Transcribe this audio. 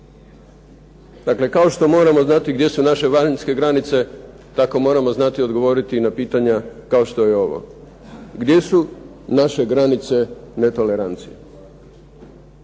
Dakle, kao što moramo znati gdje su naše vanjske granice, tako moramo znati odgovoriti i na pitanje kao što je ovo. Gdje su naše granice netolerancije?